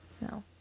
No